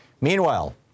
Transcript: Meanwhile